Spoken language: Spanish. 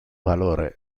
valor